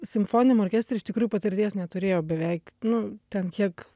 simfoniniam orkestre iš tikrųjų patirties neturėjau beveik nu ten kiek